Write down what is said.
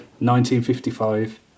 1955